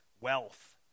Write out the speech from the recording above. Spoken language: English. wealth